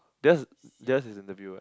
theirs theirs is interview what